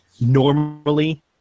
normally